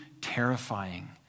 terrifying